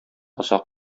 озак